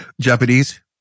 Japanese